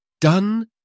Done